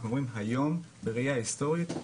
היום אנחנו אומרים היום בראיה הסטורית,